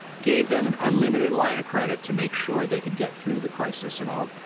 gave them an unlimited line of credit to make sure they could get through the crisis and all,